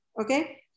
Okay